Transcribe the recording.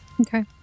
Okay